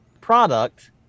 product